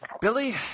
Billy